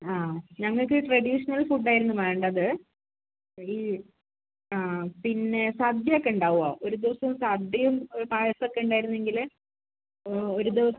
ആ ഞങ്ങൾക്ക് traditional food ആയിരുന്നു വേണ്ടത് ഈ ആ പിന്നെ സദ്യയൊക്കെ ഉണ്ടാവോ ഒരു ദിവസം സദ്യയും പായസമൊക്കെ ഉണ്ടായിരുന്നെങ്കിൽ ഒരു ദിവസം